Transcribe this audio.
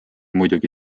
muidugi